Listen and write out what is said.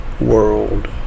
world